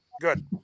Good